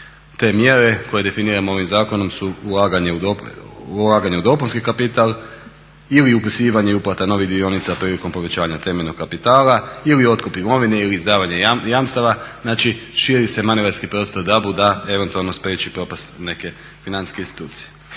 te mjere koje definiramo ovim zakonom su ulaganje u dopunski kapital ili upisivanje i uplata novih dionica prilikom povećanja temeljnog kapitala ili otkup imovine ili izdavanje jamstava. Znači širi se manevarski prostor DAB-u da eventualno spriječi propast neke financijske institucije.